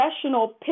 professional